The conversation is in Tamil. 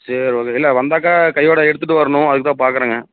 சரி ஓகே இல்லை வந்தாக்கா கையோடு எடுத்துட்டு வரணும் அதுக்கு தான் பார்க்குறேங்க